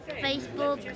Facebook